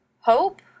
Hope